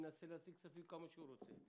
שינסה להשיג כספים ככל שהוא רוצה.